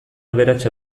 aberats